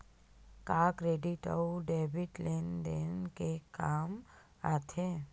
का क्रेडिट अउ डेबिट लेन देन के काम आथे?